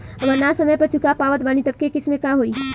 अगर ना समय पर चुका पावत बानी तब के केसमे का होई?